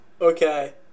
Okay